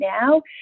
now